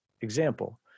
example